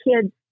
kids